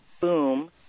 boom